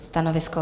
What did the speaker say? Stanovisko?